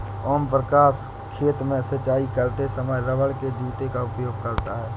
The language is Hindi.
ओम प्रकाश खेत में सिंचाई करते समय रबड़ के जूते का उपयोग करता है